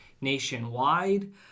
nationwide